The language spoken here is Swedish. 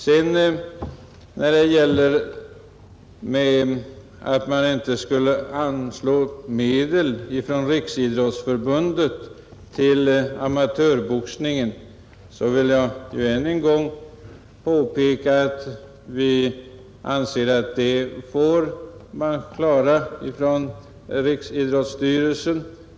När det sedan gäller påståendet att Riksidrottsförbundet inte skulle anslå medel till amatörboxningen vill jag än en gång påpeka att vi anser att den saken får man klara inom Riksidrottsstyrelsen.